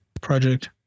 project